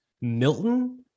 Milton